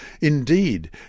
Indeed